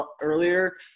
earlier